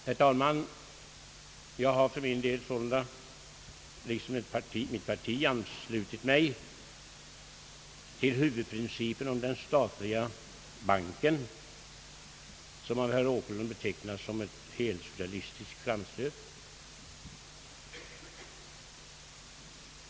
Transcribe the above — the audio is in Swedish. Herr talman, jag har för min del sålunda, liksom mitt parti, anslutit mig till huvudprincipen om den statliga banken, som av herr Åkerlund betecknades som en helsocialistisk framstöt.